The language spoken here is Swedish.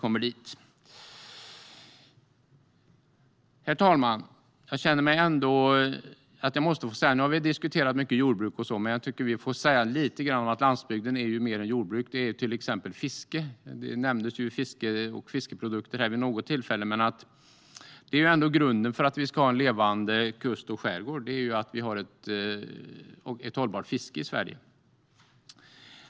Herr talman! Nu har vi diskuterat mycket jordbruk, men landsbygden är ju mer än jordbruk, till exempel fiske. Fiske och fiskprodukter nämndes här vid något tillfälle. Grunden för en levande kust och skärgård är ju att vi har ett hållbart fiske i Sverige.